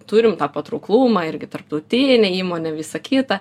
turim tą patrauklumą irgi tarptautinė įmonė visa kita